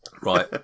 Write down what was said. Right